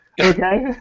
Okay